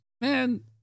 man